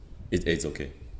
it it's okay